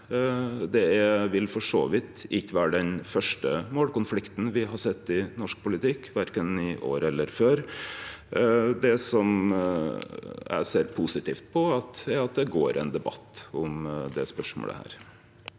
Det vil for så vidt ikkje vere den første målkonflikten me har sett i norsk politikk, verken i år eller tidlegare. Det som eg ser positivt på, er at det går ein debatt om det spørsmålet.